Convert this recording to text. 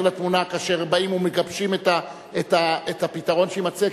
לתמונה כאשר באים ומגבשים את הפתרון שיימצא,